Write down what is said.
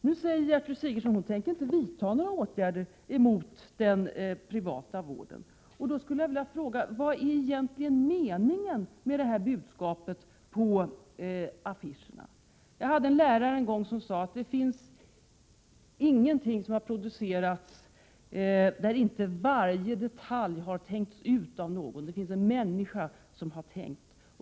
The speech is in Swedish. Nu säger Gertrud Sigurdsen att hon inte tänker vidta några åtgärder emot den privata vården. Då skulle jag vilja fråga: Vad är egentligen meningen med budskapet på affischerna? Jag hade en lärare en gång som sade att det finns ingenting producerat där inte varje detalj har tänkts ut av någon, det finns en människa bakom varje tanke.